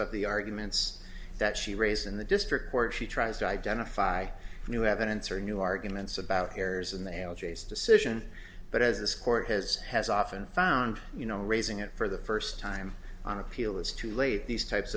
of the arguments that she raised in the district where she tries to identify new evidence or new arguments about errors in the male g s decision but as this court has has often found you know raising it for the first time on appeal is too late these types